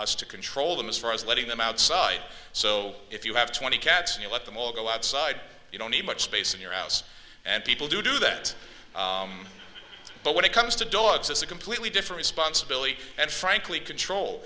us to control them as far as letting them outside so if you have twenty cats and you let them all go outside you don't need much space in your house and people do do that but when it comes to dogs it's a completely different sponsibility and frankly control